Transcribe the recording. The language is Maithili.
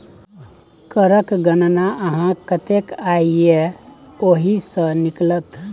करक गणना अहाँक कतेक आय यै ओहि सँ निकलत